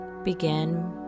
Begin